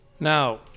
Now